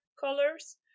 colors